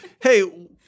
hey